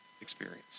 experience